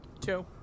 two